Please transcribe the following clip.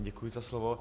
Děkuji za slovo.